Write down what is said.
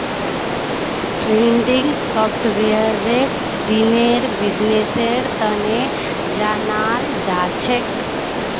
trending सॉफ्टवेयरक दिनेर बिजनेसेर तने जनाल जाछेक